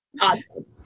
Awesome